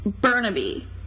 Burnaby